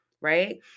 right